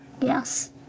Yes